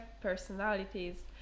personalities